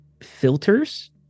filters